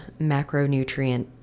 macronutrient